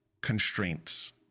constraints